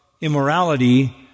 immorality